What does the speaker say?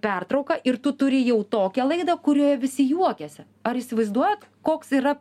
pertrauka ir tu turi jau tokią laidą kurioje visi juokiasi ar įsivaizduojat koks yra